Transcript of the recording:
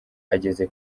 ageze